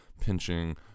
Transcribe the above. pinching